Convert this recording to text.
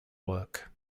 work